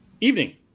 evening